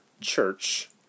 church